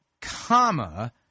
Comma